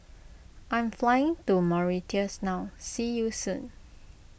I am flying to Mauritius now see you soon